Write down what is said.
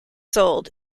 sold